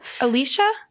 Alicia